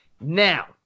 Now